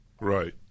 Right